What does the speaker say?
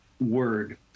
word